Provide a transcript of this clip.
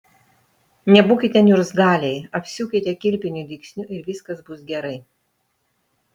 nebūkite niurzgaliai apsiūkite kilpiniu dygsniu ir viskas bus gerai